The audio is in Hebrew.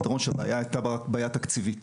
שהבעיה הייתה רק בעיה תקציבית